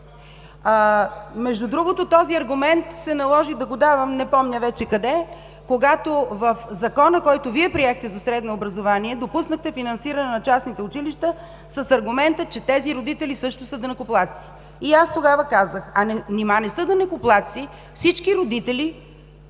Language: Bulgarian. Между другото, този аргумент се наложи да го давам, не помня вече къде, когато в Закона, който Вие приехте за средно образование, допуснахте финансиране на частните училища с аргумента, че тези родители също са данъкоплатци. И аз тогава казах: а нима не са данъкоплатци всички родители,